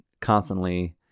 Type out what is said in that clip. constantly